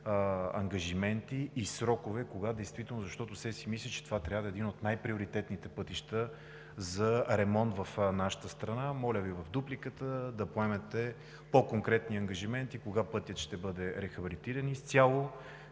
ангажименти и срокове – кога действително, защото все си мисля, че това трябва да е един от най-приоритетните пътища за ремонт в нашата страна. Моля Ви в дупликата да поемете по-конкретни ангажименти: кога пътят ще бъде рехабилитиран изцяло,